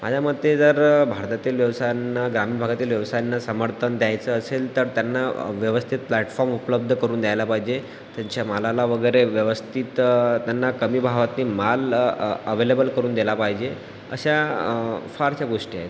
माझ्या मते जर भारतातील व्यवसायांना ग्रामीण भागातील व्यवसायांना समर्थन द्यायचं असेल तर त्यांना व्यवस्थित प्लॅटफॉर्म उपलब्ध करून द्यायला पाहिजे त्यांच्या मालाला वगैरे व्यवस्थित त्यांना कमी भावात ते माल अवेलेबल करून दिला पाहिजे अशा फारशा गोष्टी आहेत